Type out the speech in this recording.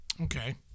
Okay